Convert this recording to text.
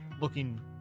looking